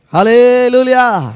Hallelujah